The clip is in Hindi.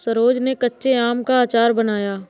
सरोज ने कच्चे आम का अचार बनाया